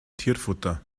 tierfutter